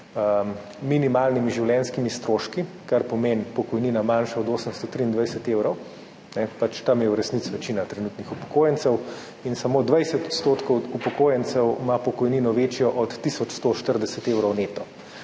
minimalnimi življenjskimi stroški, kar pomeni pokojnina manjša od 823 evrov, tam je v resnici večina trenutnih upokojencev, in samo 20 % upokojencev ima pokojnino večjo od 1040 evrov neto.